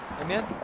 Amen